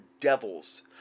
devils